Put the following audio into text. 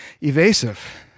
evasive